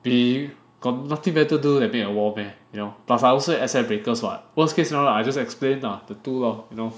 we got nothing better to do than make a war meh you know plus I also in S_N breakers [what] worse case you know I just explain lah the two you know